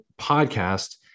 podcast